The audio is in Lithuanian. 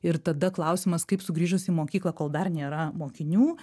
ir tada klausimas kaip sugrįžus į mokyklą kol dar nėra mokinių